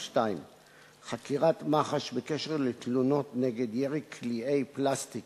חקירת התלונות נגד ירי קליעי פלסטיק